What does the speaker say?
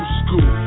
school